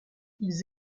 ils